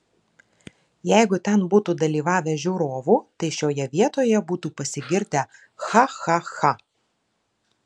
jeigu ten būtų dalyvavę žiūrovų tai šioje vietoje būtų pasigirdę cha cha cha